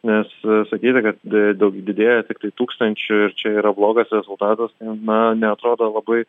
nes sakyti kad daug didėjo tiktai tūkstančiu ir čia yra blogas rezultatas na neatrodo labai